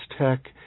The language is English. tech